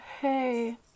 hey